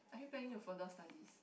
are you planning to further studies